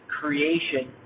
creation